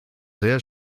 sehr